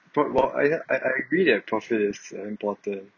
but I I I agree that profits is important